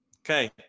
okay